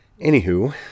Anywho